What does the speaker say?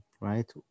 right